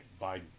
Biden